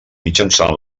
mitjançant